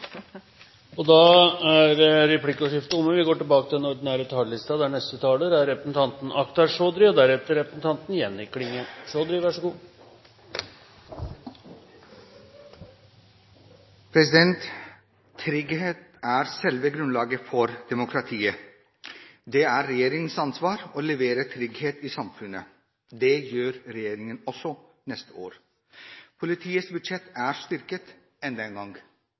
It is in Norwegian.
Replikkordskiftet er omme. Trygghet er selve grunnlaget for demokratiet. Det er regjeringens ansvar å levere trygghet i samfunnet. Det gjør regjeringen også neste år. Politiets budsjett er styrket enda en gang. IKT-innsatsen fortsetter. Over 2 mrd. kr går til Nødnett. Dette vil styrke kampen mot kriminalitet. Vi vil forebygge mer, etterforske og dømme raskere og rehabilitere bedre. Den